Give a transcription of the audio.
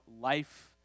life